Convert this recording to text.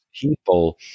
people